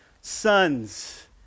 sons